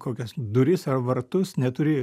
kokias duris ar vartus neturi